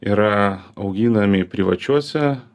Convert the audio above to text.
yra auginami privačiuose